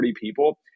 people